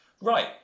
Right